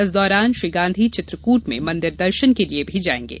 इस दौरान श्री गांधी चित्रकूट में मंदिर दर्शन के लिए भी जाएंगे